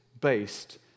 based